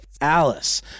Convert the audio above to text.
Alice